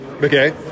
Okay